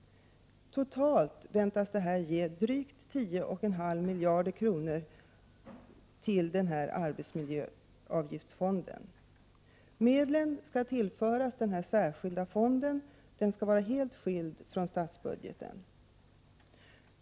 Totalt väntas detta ge drygt 10,5 miljarder kronor till arbetsmiljöavgiftsfonden. Medlen skall tillföras denna särskilda fond som skall vara helt skild från statsbudgeten.